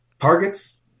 targets